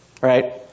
Right